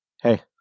hey